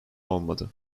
olmadı